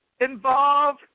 involve